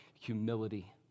humility